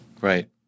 Right